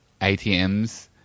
ATMs